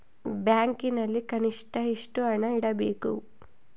ಬ್ಯಾಂಕಿನಲ್ಲಿ ಕನಿಷ್ಟ ಎಷ್ಟು ಹಣ ಇಡಬೇಕು?